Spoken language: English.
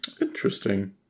Interesting